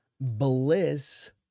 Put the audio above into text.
Bliss